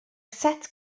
set